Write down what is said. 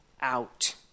out